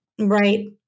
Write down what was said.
Right